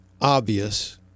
obvious